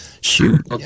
shoot